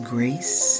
Grace